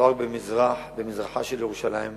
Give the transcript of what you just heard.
לא רק במזרחה של ירושלים המאוחדת,